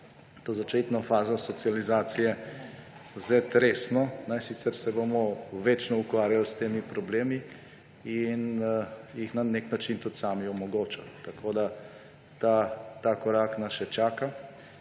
to začetno fazo socializacije vzeti resno, sicer se bomo večno ukvarjali s temi problemi in jih na nek način tudi sami omogočali. Tako da nas ta korak še čaka.